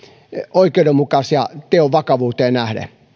oikeudenmukaisia teon vakavuuteen nähden